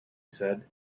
said